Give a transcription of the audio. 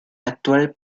actual